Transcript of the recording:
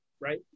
right